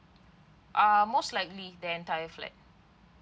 ah most likely the entire flat